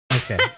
Okay